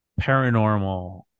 paranormal